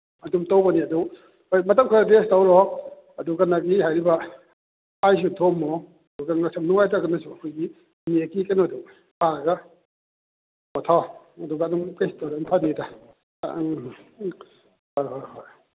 ꯑꯗꯨꯝ ꯇꯧꯕꯅꯤ ꯑꯗꯨ ꯍꯣꯏ ꯃꯇꯝ ꯈꯔ ꯔꯦꯁ ꯇꯧꯔꯣ ꯑꯗꯨꯒ ꯅꯪꯒꯤ ꯍꯥꯏꯔꯤꯕ ꯑꯥꯏꯁꯇꯣ ꯊꯣꯝꯃꯣ ꯑꯗꯨꯒ ꯉꯛꯁꯝ ꯅꯨꯡꯉꯥꯏꯇ꯭ꯔꯒꯁꯨ ꯑꯩꯈꯣꯏꯒꯤ ꯅꯦꯛꯀꯤ ꯀꯩꯅꯣꯗꯣ ꯄꯣꯠꯊꯥꯎ ꯑꯗꯨꯒ ꯑꯗꯨꯝ ꯀꯩꯁꯨ ꯇꯧꯔꯣꯏ ꯑꯗꯨꯝ ꯐꯅꯤꯗ ꯑ ꯎꯝ ꯍꯣꯏ ꯍꯣꯏ ꯍꯣꯏ